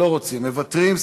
לא רוצים, מוותרים.